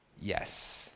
yes